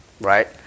right